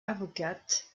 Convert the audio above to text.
avocate